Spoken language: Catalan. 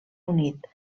unit